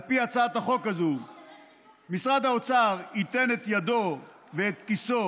על פי הצעת החוק הזו משרד האוצר ייתן את ידו ואת כיסו